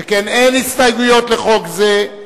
שכן אין הסתייגויות לחוק זה.